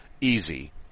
easy